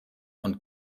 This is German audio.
und